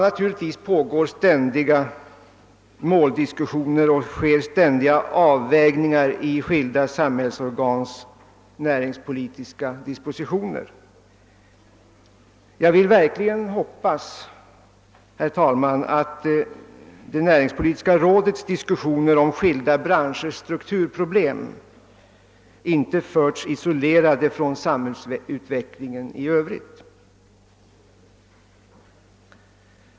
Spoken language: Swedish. Naturligtvis pågår ständiga måldiskussioner, och det sker ständiga avvägningar i skilda samhällsorgans näringspolitiska dispositioner. Jag vill verkligen hoppas, herr talman, att det näringspolitiska rådets diskussioner om skilda branschers strukturproblem inte förts isolerat från samhällsutvecklingen i övrigt.